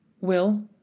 Will